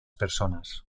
personas